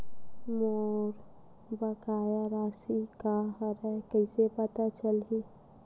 मोर बकाया राशि का हरय कइसे पता चलहि?